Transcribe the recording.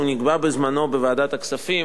שנקבע בזמנו בוועדת הכספים,